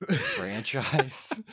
franchise